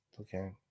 Okay